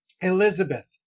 Elizabeth